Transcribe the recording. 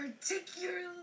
particularly